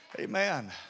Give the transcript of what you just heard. Amen